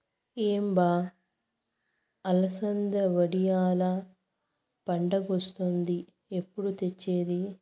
ఏం బా అలసంద వడియాల్ల పండగొస్తాంది ఎప్పుడు తెచ్చేది